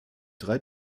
drei